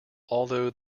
although